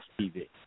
TV